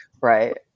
Right